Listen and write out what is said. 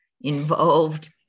involved